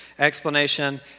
explanation